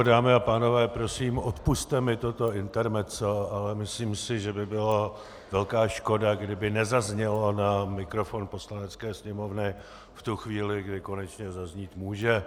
Dámy a pánové, prosím, odpusťte mi toto intermezzo, ale myslím si, že by byla velká škoda, kdyby nezaznělo na mikrofon Poslanecké sněmovny v tu chvíli, kdy konečně zaznít může.